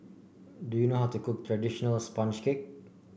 do you know how to cook traditional sponge cake